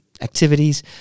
activities